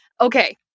Okay